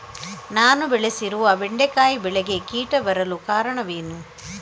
ನಾನು ಬೆಳೆಸಿರುವ ಬೆಂಡೆಕಾಯಿ ಬೆಳೆಗೆ ಕೀಟ ಬರಲು ಕಾರಣವೇನು?